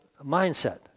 mindset